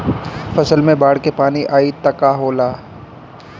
फसल मे बाढ़ के पानी आई त का होला?